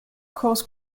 cause